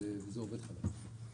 וזה עובד חלק.